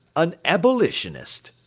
an abolitionist,